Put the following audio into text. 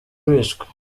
wishwe